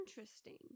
Interesting